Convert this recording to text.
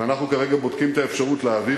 ואנחנו כרגע בודקים את האפשרות להעביר